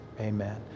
Amen